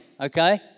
okay